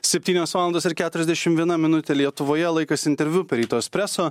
septynios valandos ir keturiasdešim viena minutė lietuvoje laikas interviu per ryto espreso